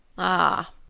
ah!